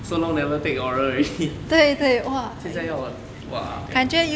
so long never take oral already 现在要我 !wah! 不要啦